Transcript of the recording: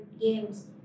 games